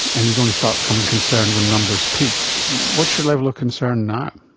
and you'd only start becoming concerned when numbers peaked. what's your level of concern now?